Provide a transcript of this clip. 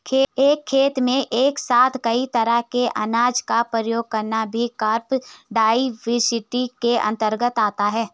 एक खेत में एक साथ कई तरह के अनाज का प्रयोग करना भी क्रॉप डाइवर्सिटी के अंतर्गत आता है